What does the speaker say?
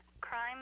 Crime